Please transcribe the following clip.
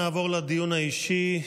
נעבור לדיון האישי.